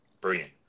Brilliant